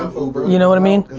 you know what i mean?